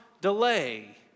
delay